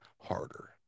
harder